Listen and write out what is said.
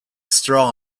straw